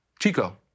Chico